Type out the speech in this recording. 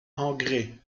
engrais